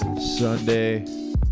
Sunday